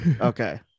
okay